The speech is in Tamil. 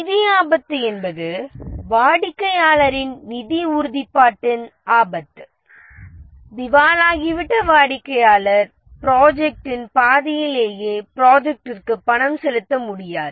நிதி ஆபத்து என்பது வாடிக்கையாளரின் நிதி உறுதிப்பாட்டின் ஆபத்து திவாலாகிவிட்ட வாடிக்கையாளர் ப்ராஜெக்டின் பாதியிலேயே ப்ராஜெக்டிற்கு பணம் செலுத்த முடியாது